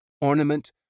ornament